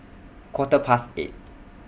Quarter Past eight